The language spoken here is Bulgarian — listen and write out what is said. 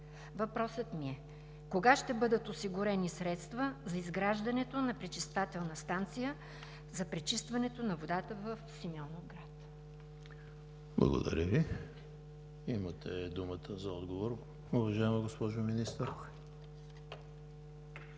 Въпросът ми е: кога ще бъдат осигурени средства за изграждането на пречиствателна станция за пречистването на водата в Симеоновград? ПРЕДСЕДАТЕЛ ЕМИЛ ХРИСТОВ: Благодаря Ви. Имате думата за отговор, уважаема госпожо Министър.